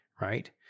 right